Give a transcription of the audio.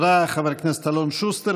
תודה לחבר הכנסת אלון שוסטר.